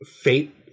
fate